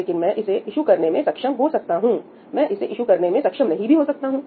लेकिन मैं इसे ईशु करने में सक्षम हो सकता हूं मैं इसे ईशु करने में सक्षम नहीं भी हो सकता हूं